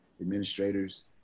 administrators